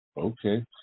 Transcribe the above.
Okay